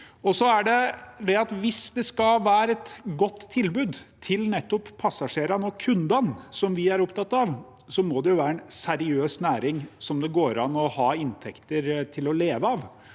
Det andre er at hvis det skal være et godt tilbud til nettopp passasjerene og kundene, som vi er opptatt av, må dette være en seriøs næring, hvor det er inntekter til å leve av,